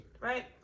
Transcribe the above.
right